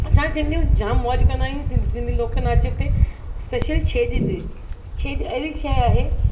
असां सिंधियूं जाम मौज कंदा आहियूं सिंधी लोक नाचु ते स्पेशल छेॼ ते छेॼ अहिड़ी शइ आहे